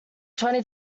twenty